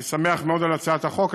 אני שמח מאוד על הצעת החוק.